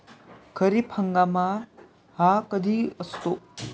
खरीप हंगाम हा कधी असतो?